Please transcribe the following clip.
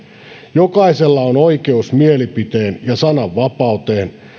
jokaisella on oikeus mielipiteen ja sananvapauteen